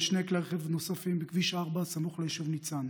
שני כלי רכב נוספים בכביש 4 סמוך ליישוב ניצן.